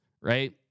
right